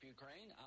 Ukraine